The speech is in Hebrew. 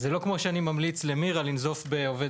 זה לא כמו שאני ממליץ למירה לנזוף בעובד